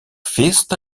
feest